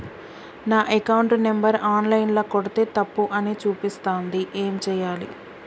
నా account number online ల కొడ్తే తప్పు అని చూపిస్తాంది ఏం చేయాలి?